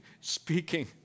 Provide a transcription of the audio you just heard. speaking